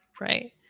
right